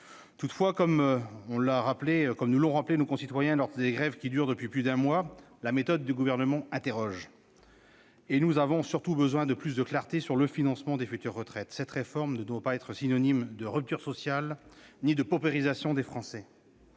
Toutefois, comme nous le rappellent nos concitoyens dans le cadre des grèves qui durent depuis plus d'un mois, la méthode du Gouvernement pose question et nous avons surtout besoin de plus de clarté sur le financement des futures retraites. Cette réforme ne doit pas être synonyme de rupture sociale ni de paupérisation des Français.